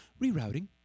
rerouting